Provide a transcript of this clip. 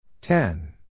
Ten